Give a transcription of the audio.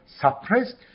suppressed